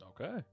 Okay